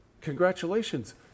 congratulations